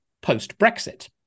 post-Brexit